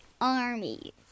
army